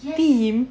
yes